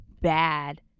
bad